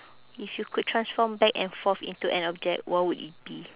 if you could transform back and forth into an object what would it be